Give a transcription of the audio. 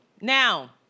Now